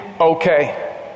okay